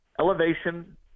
Elevation